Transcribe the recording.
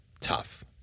tough